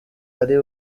ari